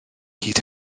hyd